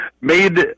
Made